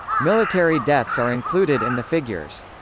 military deaths are included in the figures.